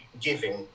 giving